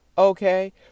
Okay